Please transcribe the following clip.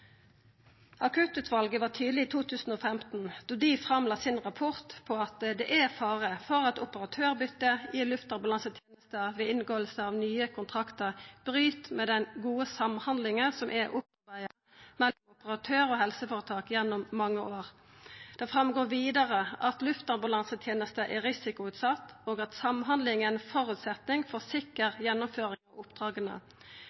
Akuttutvalet åtvara tidleg i 2015, da dei la fram rapporten sin, om at det er fare for at operatørbyte i luftambulanseteneste ved inngåing av nye kontraktar bryt med den gode samhandlinga som er opparbeidd mellom operatør og helseføretak gjennom mange år. Det går vidare fram av rapporten at luftambulansetenesta er risikoutsett, og at samhandling er ein føresetnad for